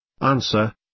Answer